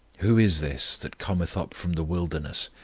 who is this that cometh up from the wilderness,